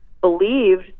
believed